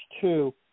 two